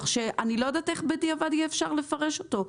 שאני לא יודעת איך בדיעבד יהיה אפשר לפרש אותו.